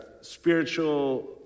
spiritual